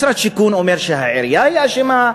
משרד השיכון אומר שהעירייה אשמה,